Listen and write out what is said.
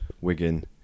Wigan